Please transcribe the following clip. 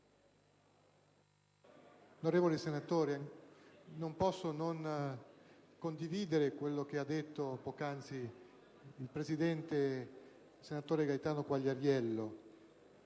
Onorevoli senatori, non posso non condividere quello che ha detto poc'anzi il senatore Gaetano Quagliariello.